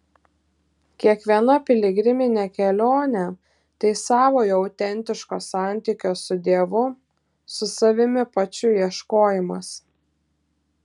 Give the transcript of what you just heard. kiekviena piligriminė kelionė tai savojo autentiško santykio su dievu su savimi pačiu ieškojimas